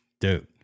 Dude